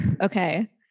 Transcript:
Okay